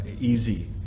easy